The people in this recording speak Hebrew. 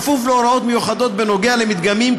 כפוף להוראות מיוחדות בכל הקשור למדגמים,